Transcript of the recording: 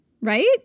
Right